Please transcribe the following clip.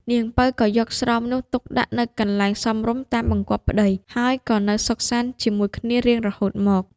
នាងពៅក៏យកស្រោមនោះទុកដាក់ នៅកន្លែងសមរម្យតាមបង្គាប់ប្ដី ហើយក៏នៅសុខសាន្ដជាមួយគ្នារៀងរហូតមក។